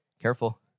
Careful